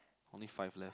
only five left